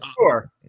Sure